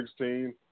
2016